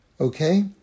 Okay